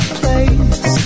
place